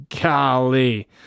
Golly